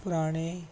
ਪੁਰਾਣੇ